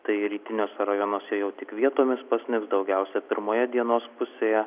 tai rytiniuose rajonuose jau tik vietomis pasnigs daugiausia pirmoje dienos pusėje